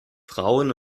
frauen